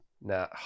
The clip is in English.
now